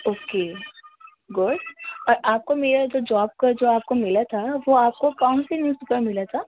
okay good اور آپ کو میرا جو جاب کا جو آپ کو ملا تھا وہ آپ کو کون سی نیوز کا ملا تھا